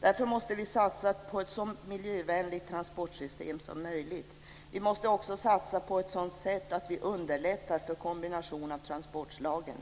Därför måste vi satsa på ett så miljövänligt transportsystem som möjligt. Vi måste också satsa på ett sådant sätt att vi underlättar för en kombination av transportslagen.